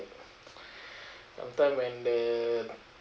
sometimes when the